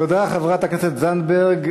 תודה, חברת הכנסת זנדברג.